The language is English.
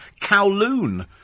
Kowloon